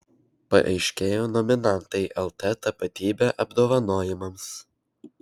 paaiškėjo nominantai lt tapatybė apdovanojimams